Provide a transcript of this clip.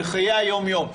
בחיי היום-יום.